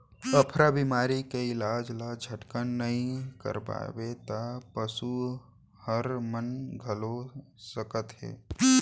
अफरा बेमारी के इलाज ल झटकन नइ करवाबे त पसू हर मन घलौ सकत हे